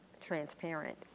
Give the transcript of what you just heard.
transparent